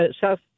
South